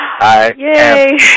Yay